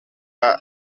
waba